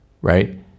Right